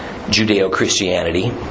Judeo-Christianity